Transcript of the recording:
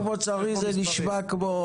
סיכום אוצרי, נשמע כמו